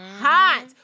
hot